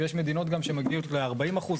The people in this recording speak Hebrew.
יש מדינות גם שמגיעות ל-40 אחוז,